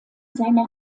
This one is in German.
seiner